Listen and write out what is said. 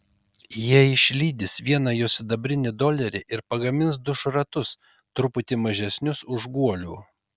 jie išlydys vieną jo sidabrinį dolerį ir pagamins du šratus truputį mažesnius už guolių